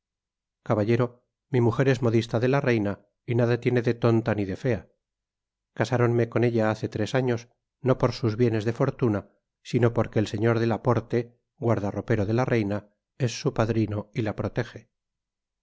caballero mi mujer es modista de la reina y nada tiene de tonta ni de fea casáronme con ella hace tres años no por sus bienes de fortuna sino porque el señor de laporte guardaropero de la reina es su padrino y la proteje